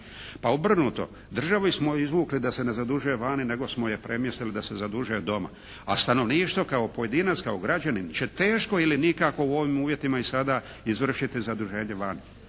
Pa obrnuto, državi smo izvukli da se ne zadužuje vani nego smo je premjestili da se zadužuje doma. A stanovništvo kao pojedinac, kao građanin će teško ili nikako u ovim uvjetima i sada izvršiti zaduženje vani.